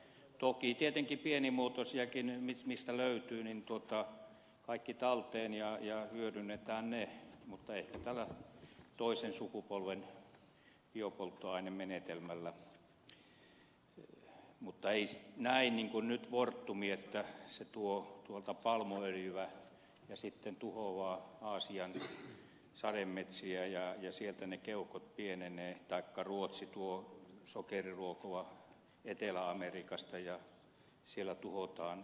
toki tietenkin pienimuotoisistakin energialajeista mitä löytyy otetaan kaikki talteen ja hyödynnetään ne ehkä tällä toisen sukupolven biopolttoainemenetelmällä mutta ei niin kuin nyt fortum että se tuo palmuöljyä ja sitten tuhoaa aasian sademetsiä ja sieltä ne keuhkot pienenevät taikka kuten ruotsi tuo sokeriruokoa etelä amerikasta ja siellä tuhotaan amazonin metsiä